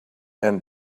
and